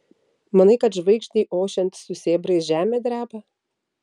manai kad žvaigždei ošiant su sėbrais žemė dreba